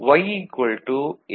Y A